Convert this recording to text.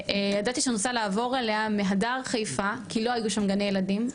שידעתי שאני רוצה לעבור אליה מהדר חיפה כי לא היו שם גני ילדים,